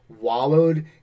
wallowed